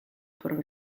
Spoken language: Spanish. por